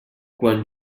quan